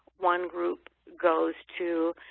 one group goes to